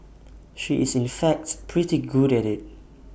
she is in fact pretty good at IT